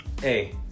Hey